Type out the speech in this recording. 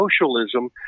Socialism